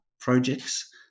projects